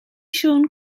siôn